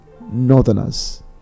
northerners